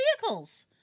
vehicles